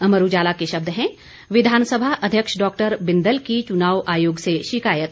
अमर उजाला के शब्द हैं विधानसभा अध्यक्ष डॉ बिंदल की चुनाव आयोग से शिकायत